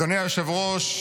אדוני היושב-ראש,